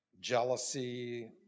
jealousy